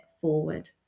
forward